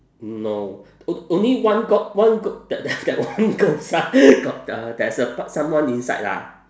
no o~ only one got one got that that that one girl inside got a there's a someone inside lah